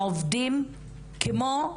העובדים כמו,